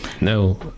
No